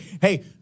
hey